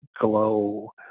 glow